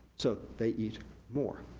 so they eat more.